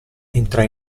entra